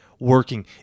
working